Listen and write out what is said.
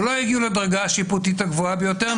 שלא הגיעו לדרגה השיפוטית הגבוהה ביותר,